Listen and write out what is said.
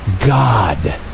God